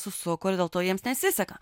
susuko ir dėl to jiems nesiseka